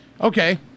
Okay